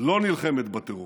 לא נלחמת בטרור.